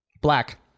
Black